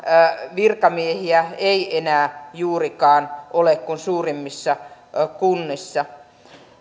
virkamiehiä ei enää juurikaan ole kuin suurimmissa kunnissa